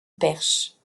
perche